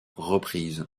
reprise